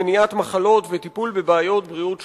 מניעת מחלות וטיפול בבעיות בריאות שכיחות.